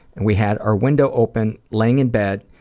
we had our window open, laying in bed,